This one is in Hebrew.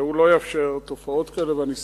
הוא לא יאפשר תופעות כאלה, ואני שמח.